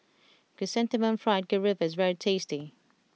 Chrysanthemum Fried Garoupa is very tasty